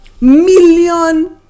million